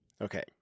Okay